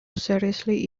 seriously